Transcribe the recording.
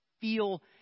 feel